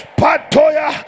patoya